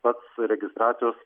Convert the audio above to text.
pats registracijos